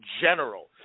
general